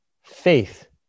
Faith